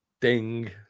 Ding